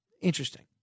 Interesting